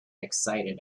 excited